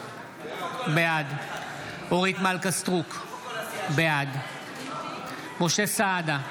בעד אורית מלכה סטרוק, בעד משה סעדה,